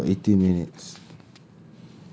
!hais! still got eighteen minutes